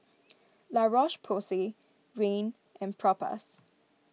La Roche Porsay Rene and Propass